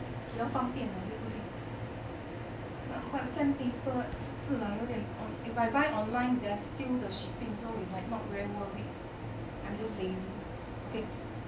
比较方便吗对不对 but but sand paper 是 lah 有点 if I buy online there's still the shipping so it's like not very worth it I am just lazy okay